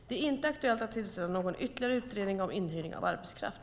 Det är inte aktuellt att tillsätta någon ytterligare utredning om inhyrning av arbetskraft.